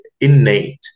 innate